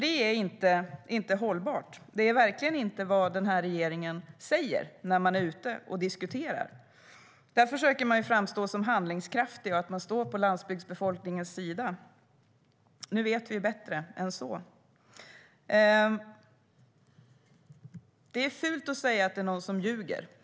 Det är inte hållbart. Det är verkligen inte vad regeringen säger när man är ute och diskuterar. Då försöker man framstå som handlingskraftig och säger att man står på landsbygdsbefolkningens sida. Nu vet vi bättre. Det är fult att säga att någon ljuger.